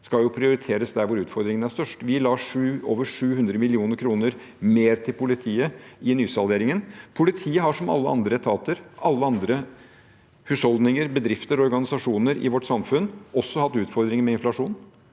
skal jo prioriteres der hvor utfordringene er størst. Vi la over 700 mill. kr mer til politiet i nysalderingen. Politiet har – som alle andre etater, alle andre husholdninger, bedrifter og organisasjoner i vårt samfunn – også hatt utfordringer med inflasjon.